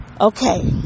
Okay